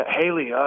Haley